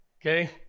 Okay